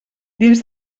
dins